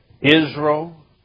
Israel